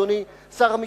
אדוני שר המשפטים,